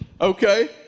okay